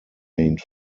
remained